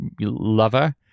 Lover